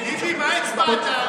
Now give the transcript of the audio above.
טיבי, מה הצבעת?